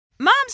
moms